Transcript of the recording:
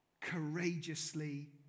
courageously